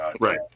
Right